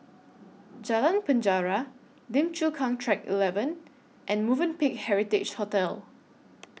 Jalan Penjara Lim Chu Kang Track eleven and Movenpick Heritage Hotel